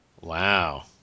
Wow